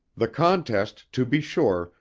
the contest, to be sure,